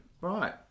Right